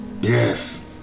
Yes